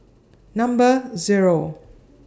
Number Zero